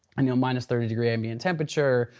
and you know minus thirty degree ambient temperature.